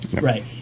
Right